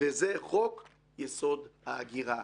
וזה חוק יסוד: ההגירה.